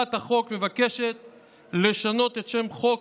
הצעת החוק מבקשת לשנות את שם החוק: